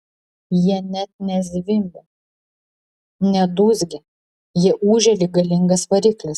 jie net ne zvimbia ne dūzgia jie ūžia lyg galingas variklis